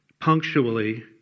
punctually